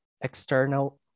External